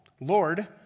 Lord